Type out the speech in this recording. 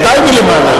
חבר הכנסת אזולאי,